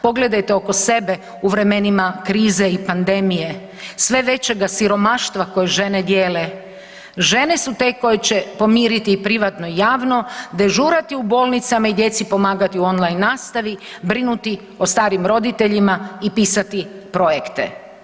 Pogledajte oko sebe, u vremenima krize i pandemije, sve većega siromaštva koje žene dijele, žene su te koje će pomiriti privatno i javno, dežurati u bolnicama i djeci pomagati u online nastavi, brinuti o starim roditeljima i pisati projekte.